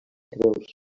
creus